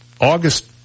August